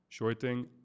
Shorting